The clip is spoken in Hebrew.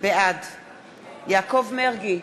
בעד יעקב מרגי,